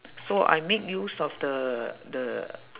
so I make use of the the